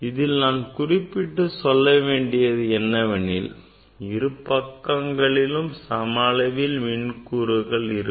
இதில் குறிப்பிட வேண்டியது என்னவெனில் இரு பக்கங்களிலும் சம அளவில் மின் கூறுகள் இருக்கும்